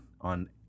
on